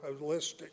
holistic